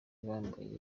bambaye